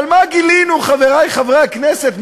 אבל מה גילינו, חברי חברי הכנסת?